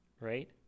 right